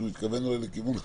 שהוא התכוון אולי לכיוון אחר,